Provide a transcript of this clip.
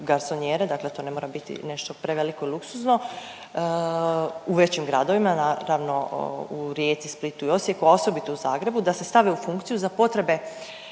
garsonijere, dakle to ne mora biti nešto preveliko i luksuzno u većim gradovima naravno u Rijeci, Splitu i Osijeku, a osobito u Zagrebu da se stave u funkciju za potrebe